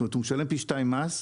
זאת אומרת, הוא משלם פי שניים מס,